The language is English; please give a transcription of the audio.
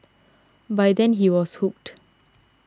by then he was hooked